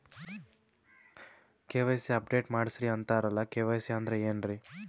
KYC update ಮಾಡಸ್ರೀ ಅಂತರಲ್ಲ KYC ಅಂದ್ರ ಏನ್ರೀ?